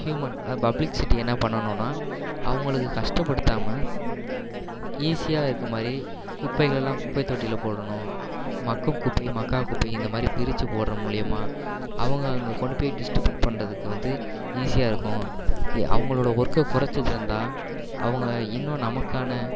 human அதாவது public city என்ன பண்ணணும்னா அவங்களுக்கு கஷ்டப்படுத்தாமல் ஈஸியாக இருக்க மாதிரி குப்பைகள்லாம் குப்பை தொட்டியில் போடணும் மட்கும் குப்பை மட்கா குப்பை இந்த மாதிரி பிரித்து போடுறது மூலிமா அவங்க அங்கே கொண்டு போய் டிஸ்ட்ரிபூட் பண்ணுறதுக்கு வந்து ஈஸியாக இருக்கும் அவங்களோட ஒர்க்கை கொறைச்சி தந்தால் அவங்க இன்னும் நமக்கான